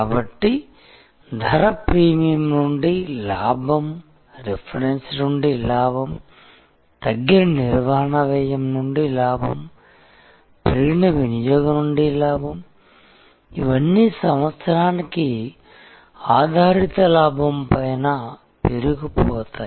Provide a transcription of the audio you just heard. కాబట్టి ధర ప్రీమియం నుండి లాభం రిఫరెన్స్ నుండి లాభం తగ్గిన నిర్వహణ వ్యయం నుండి లాభం పెరిగిన వినియోగం నుండి లాభం ఇవన్నీ సంవత్సరానికి ఆధారిత లాభం పైన పేరుకుపోతాయి